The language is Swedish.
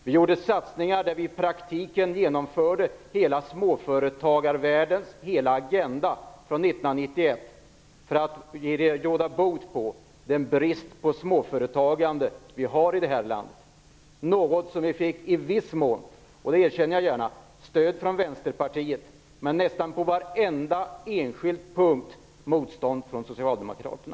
Vi gjorde satsningar som innebar att vi i praktiken genomförde småföretagarvärldens hela agenda från 1991 för att råda bot på den brist på småföretagande som vi har i vårt land. Vi fick i viss mån - det erkänner jag gärna - stöd från Vänsterpartiet men nästan på varenda enskild punkt motstånd från Socialdemokraterna.